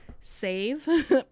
save